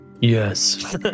Yes